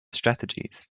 strategies